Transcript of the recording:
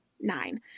nine